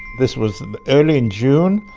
this was early in june,